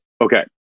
Okay